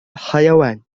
الحيوان